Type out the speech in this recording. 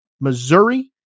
Missouri